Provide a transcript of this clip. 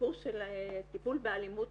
הסיפור של טיפול באלימות